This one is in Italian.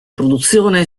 produzione